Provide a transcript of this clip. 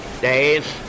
days